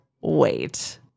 wait